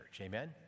Amen